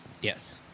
Yes